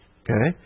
okay